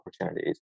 opportunities